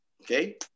okay